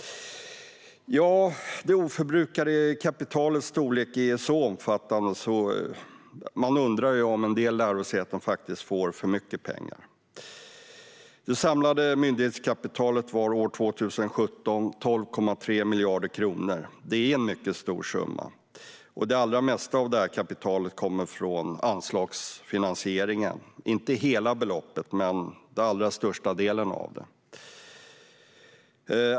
Ja, det oförbrukade kapitalets storlek är så omfattande att man undrar om en del lärosäten faktiskt får för mycket pengar. Det samlade myndighetskapitalet år 2017 var 12,3 miljarder kronor. Det är en mycket stor summa, och det allra mesta av detta kapital kommer från anslagsfinansieringen - inte hela beloppet, men största delen av det.